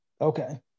Okay